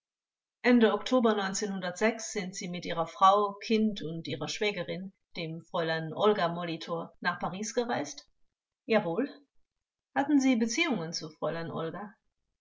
ende oktober sind sie mit ihrer frau kind und ihrer schwägerin dem fräulein olga molitor nach paris gereist angekl jawohl vors hatten sie beziehungen zu fräulein